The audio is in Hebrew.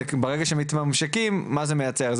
ברגע שמתממשקים מה זה מייצר?